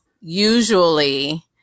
usually